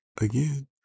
again